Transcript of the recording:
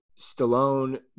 Stallone